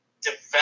develop